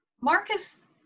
Marcus